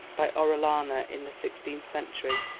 by orellana, in the sixteenth century,